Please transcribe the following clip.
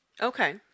Okay